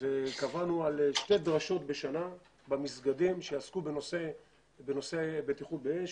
וקבענו ששתי דרשות בשנה במסגדים יעסקו בנושא בטיחות באש,